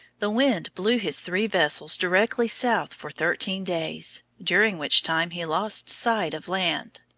the wind blew his three vessels directly south for thirteen days, during which time he lost sight of land.